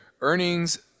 Earnings